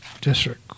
District